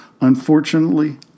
Unfortunately